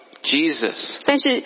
Jesus